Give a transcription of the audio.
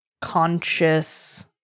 conscious